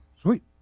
sweet